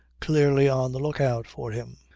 clearly on the lookout for him.